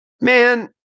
Man